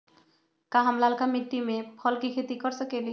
का हम लालका मिट्टी में फल के खेती कर सकेली?